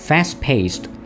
Fast-paced